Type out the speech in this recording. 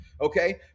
Okay